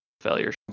failure